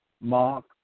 Mark